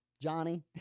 Johnny